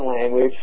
language